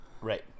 Right